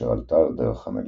אשר עלתה על דרך המלך.